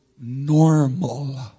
normal